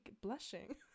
blushing